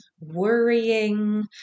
worrying